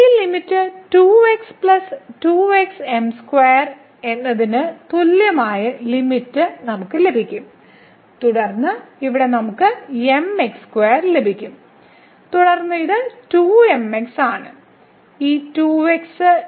ഈ ലിമിറ്റ് എന്നതിന് തുല്യമായ ലിമിറ്റ് നമുക്ക് ലഭിക്കും തുടർന്ന് ഇവിടെ നമുക്ക് ലഭിക്കും തുടർന്ന് ഇത് 2mx ആണ്